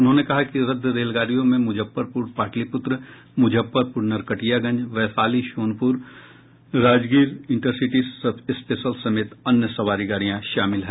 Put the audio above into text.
उन्होंने कहा कि रद्द रेलगाड़ियों में मुजफ्फरपुर पाटलिपुत्र मुजफ्फरपुर नरकटियागंज वैशाली सोनपुर राजगरी इंटरसिटी स्पेशल समेत अन्य सावारी गाड़िया शामिल हैं